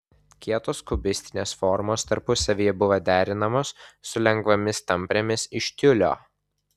kietos kubistinės formos tarpusavyje buvo derinamos su lengvomis tamprėmis iš tiulio